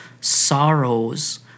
sorrows